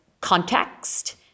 context